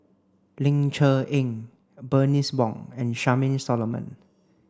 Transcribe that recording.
Ling Cher Eng Bernice Wong and Charmaine Solomon